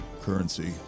currency